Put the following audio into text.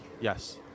Yes